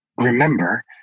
remember